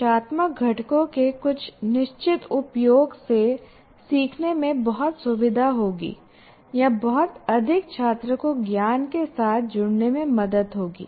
निर्देशात्मक घटकों के कुछ निश्चित उपयोग से सीखने में बहुत सुविधा होगी या बहुत अधिक छात्र को ज्ञान के साथ जुड़ने में मदद होगी